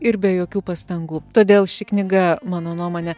ir be jokių pastangų todėl ši knyga mano nuomone